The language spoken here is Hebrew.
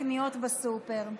לקניות בסופר.